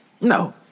No